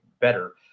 better